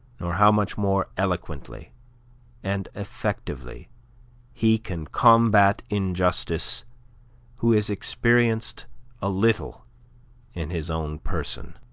nor how much more eloquently and effectively he can combat injustice who has experienced a little in his own person.